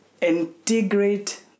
integrate